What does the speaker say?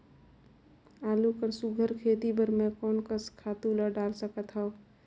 आलू कर सुघ्घर खेती बर मैं कोन कस खातु ला डाल सकत हाव?